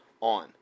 on